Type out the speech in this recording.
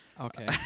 Okay